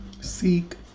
seek